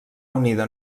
unida